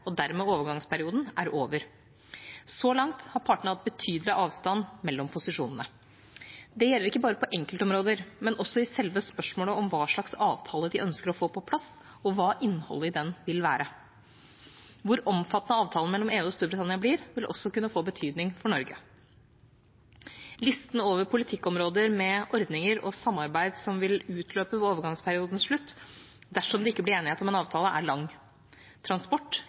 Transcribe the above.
og dermed overgangsperioden – er over. Så langt har partene hatt en betydelig avstand mellom posisjonene. Det gjelder ikke bare på enkeltområder, men også i selve spørsmålet om hva slags avtale de ønsker å få på plass, og hva innholdet i den vil være. Hvor omfattende avtalen mellom EU og Storbritannia blir, vil også kunne få betydning for Norge. Listen over politikkområder med ordninger og samarbeid som vil utløpe ved overgangsperiodens slutt dersom det ikke blir enighet om en avtale, er lang: transport,